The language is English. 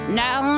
now